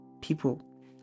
people